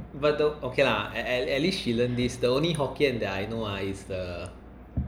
but the okay lah at least she learn this the only hokkien that I know ah is the